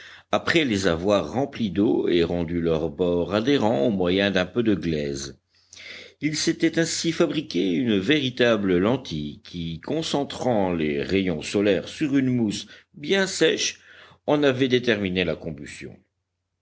après les avoir remplis d'eau et rendu leurs bords adhérents au moyen d'un peu de glaise il s'était ainsi fabriqué une véritable lentille qui concentrant les rayons solaires sur une mousse bien sèche en avait déterminé la combustion